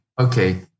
okay